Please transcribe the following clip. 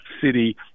city